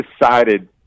decided